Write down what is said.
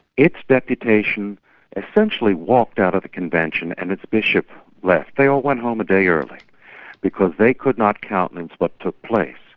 its deputation essentially walked out of the convention and its bishop left. they all went home a day early because they could not countenance what took place.